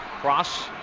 Cross